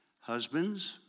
Husbands